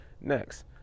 Next